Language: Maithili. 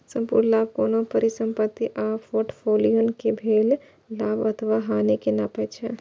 संपूर्ण लाभ कोनो परिसंपत्ति आ फोर्टफोलियो कें भेल लाभ अथवा हानि कें नापै छै